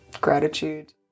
gratitude